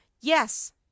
yes